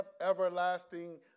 everlasting